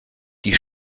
die